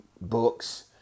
books